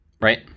Right